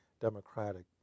Democratic